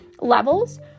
levels